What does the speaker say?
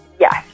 Yes